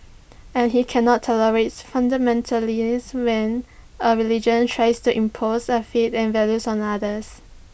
and he cannot tolerates fundamentalists when A religion tries to impose A faith and values on others